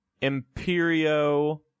Imperio